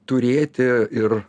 turėti ir